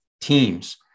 teams